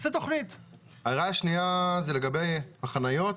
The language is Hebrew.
ההערה השנייה זה לגבי החניות.